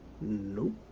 Nope